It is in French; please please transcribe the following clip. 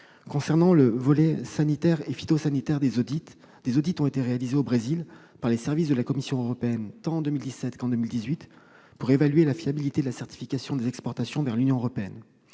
Concernant le volet sanitaire et phytosanitaire, des audits ont été réalisés au Brésil par les services de la Commission européenne, tant en 2017 qu'en 2018, pour évaluer la fiabilité de la certification des exportations vers l'Union européenne.